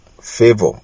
favor